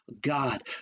god